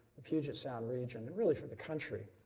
the puget sound region and really for the country.